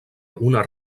una